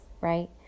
right